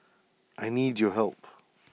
I need your help